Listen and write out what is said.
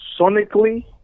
sonically